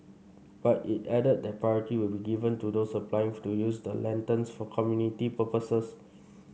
but it added that priority will be given to those applying to use the lanterns for community purposes